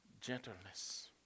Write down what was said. gentleness